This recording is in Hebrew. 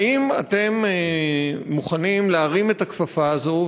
האם אתם מוכנים להרים את הכפפה הזאת,